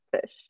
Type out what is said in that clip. fish